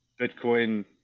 Bitcoin